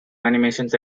animations